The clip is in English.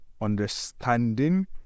understanding